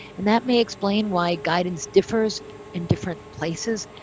and that may explain why guidance differs in different places.